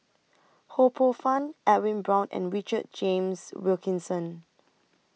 Ho Poh Fun Edwin Brown and Richard James Wilkinson